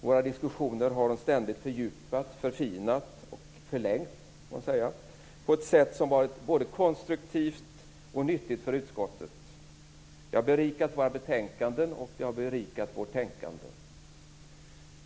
Våra diskussioner har hon ständigt fördjupat, förfinat och förlängt på ett sätt som varit både konstruktivt och nyttigt för utskottet. Det har berikat våra betänkanden, och det har berikat vårt tänkande.